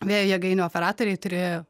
vėjo jėgainių operatoriai turi